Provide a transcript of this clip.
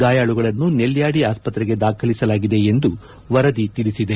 ಗಾಯಾಳುಗಳನ್ನು ನೆಲ್ಕಾಡಿ ಆಸ್ಪತ್ರೆಗೆ ದಾಖಲಿಸಲಾಗಿದೆ ಎಂದು ವರದಿ ತಿಳಿಸಿದೆ